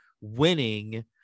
winning